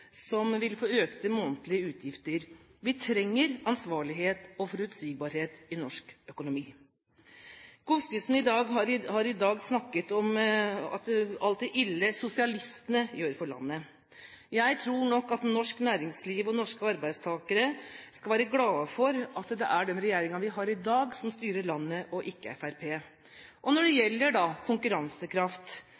som vil få økte månedlige utgifter. Vi trenger ansvarlighet og forutsigbarhet i norsk økonomi. Godskesen har i dag snakket om alt det ille sosialistene gjør for landet. Jeg tror nok at norsk næringsliv og norske arbeidstakere skal være glade for at det er den regjeringen vi har i dag, som styrer landet, og ikke Fremskrittspartiet. Og når det